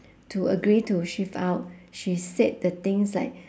to agree to shift out she said the things like